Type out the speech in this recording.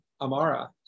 Amara